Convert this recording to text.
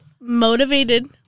Motivated